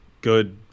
good